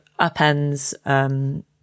upends